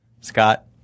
Scott